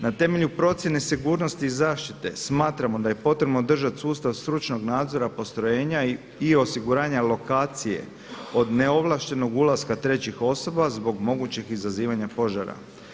Na temelju procjene sigurnosti i zaštite, smatramo da je potrebno održati sustav stručnog nadzora postrojenja i osiguranja lokacije od neovlaštenog ulaska trećih osoba zbog mogućih izazivanja požara.